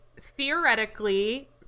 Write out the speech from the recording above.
theoretically